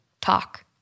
talk